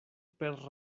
per